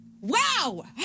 Wow